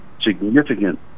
significant